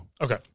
Okay